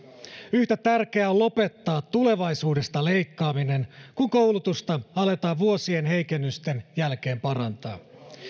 yhtä tärkeää on lopettaa tulevaisuudesta leikkaaminen kun koulutusta aletaan vuosien heikennysten jälkeen parantaa